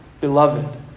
beloved